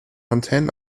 antennen